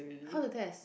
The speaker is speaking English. how to test